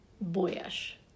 boyish